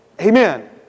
Amen